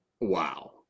wow